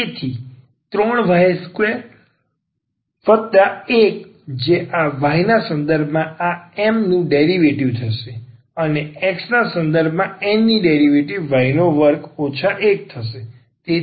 તેથી 3 y21જે y ના સંદર્ભમાં આ એમનું ડેરિવેટિવ થશે અને x ના સંદર્ભમાં N ની ડેરિવેટિવ y નો વર્ગ ઓછા 1 હશે